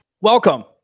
Welcome